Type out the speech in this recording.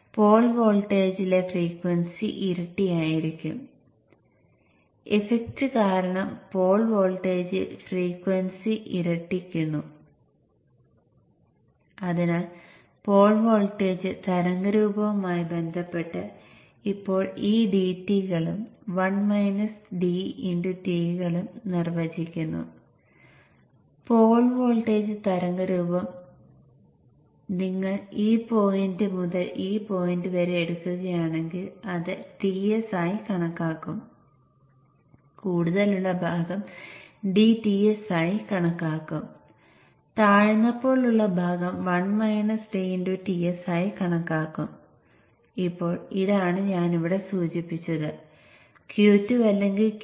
ഇപ്പോൾ ഒരു full bridge കൺവെർട്ടറായി പരിവർത്തനം ചെയ്തിരിക്കുന്നുവെന്ന് ഞാൻ നിങ്ങൾക്ക് കാണിച്ചുതരാം